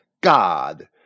God